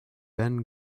ben